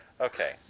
Okay